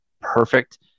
perfect